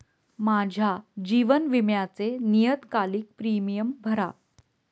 माझ्या जीवन विम्याचे नियतकालिक प्रीमियम भरा